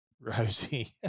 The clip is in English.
Rosie